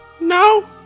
No